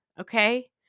Okay